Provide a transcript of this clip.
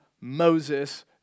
Moses